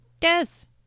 Yes